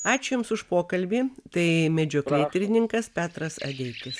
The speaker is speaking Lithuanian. ačiū jums už pokalbį tai medžioklėtyrininkas petras adeikis